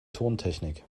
tontechnik